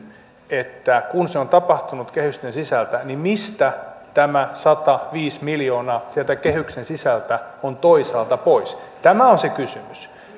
kun se on tapahtunut kehysten sisältä mistä tämä sataviisi miljoonaa sieltä kehyksen sisältä on toisaalta pois tämä on se kysymys